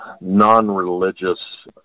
non-religious